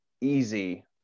easy